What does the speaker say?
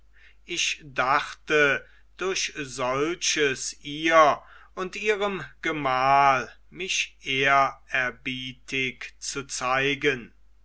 ich dachte durch solches ihr und ihrem gemahl mich ehrerbietig zu zeigen